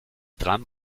tram